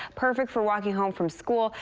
perfect for walking home from school.